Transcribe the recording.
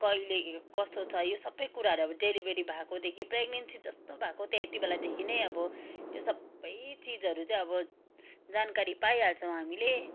कहिले कसो छ यो सबै कुराहरू अब डेलिभरी भएकोदेखि प्रेग्नेन्सी जस्तो भएको त्यति बेलादेखि नै अब यो सबै चिजहरू चाहिँ अब जानकारी पाइहाल्छौँ हामीले